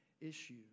issue